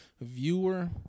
viewer